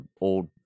old